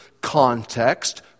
context